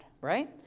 right